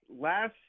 last –